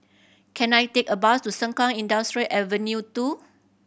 can I take a bus to Sengkang Industrial Avenue Two